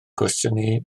cwestiynu